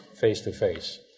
face-to-face